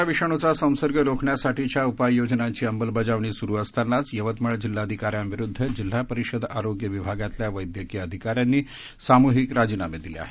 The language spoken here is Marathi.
कोरोना विषाणूचा संसर्ग रोखण्यासाठीच्या उपाययोजनांची अंमलबजावणी स्रु असतांनाच यवतमाळ जिल्हाधिकाऱ्यांविरुद्ध जिल्हा परिषद आरोग्य विभागातल्या वस्तेकीय अधिकाऱ्यांनी सामूहिक राजीनामे दिले आहेत